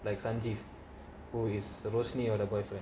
like sanjeev who is rosene the boyfriend